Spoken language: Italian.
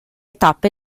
tappe